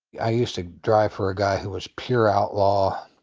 i used to drive for a guy who was pure outlaw